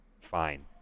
fine